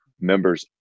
Members